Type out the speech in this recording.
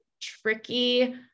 tricky